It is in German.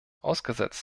ausgesetzt